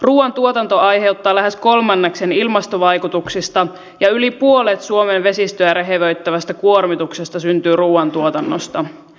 ruuantuotanto aiheuttaa lähes kolmanneksen ilmastovaikutuksista ja yli puolet suomen vesistöä rehevöittävästä kuormituksesta syntyy ruuantuotannosta